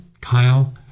Kyle